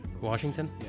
Washington